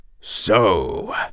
So